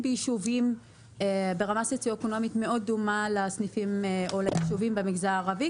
ביישובים ברמה סוציואקונומית מאוד דומה ליישובים במגזר הערבי,